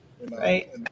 Right